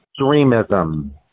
extremism